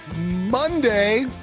monday